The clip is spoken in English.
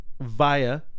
via